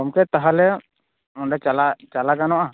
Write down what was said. ᱜᱚᱢᱠᱮ ᱛᱟᱦᱚᱞᱮ ᱚᱸᱰᱮ ᱪᱟᱞᱟᱜ ᱜᱟᱱᱚᱜᱼᱟ